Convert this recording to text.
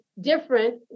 different